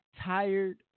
tired